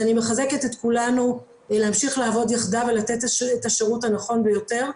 אני מחזקת את כולנו להמשיך לעבוד יחדיו ולתת את השירות הנכון ביותר.